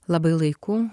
labai laiku